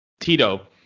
Tito